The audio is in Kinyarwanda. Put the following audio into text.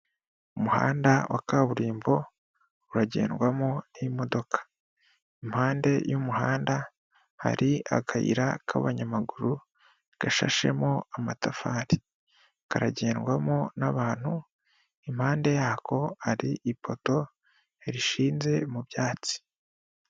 Umuhanda wa kaburimbo uragendwamo n'imodoka. impande y'umuhanda hari akayira k'abanyamaguru gashashemo amatafari, karagendwamo n'abantu, impande yako hari ipoto rishinzwe mu byatsi.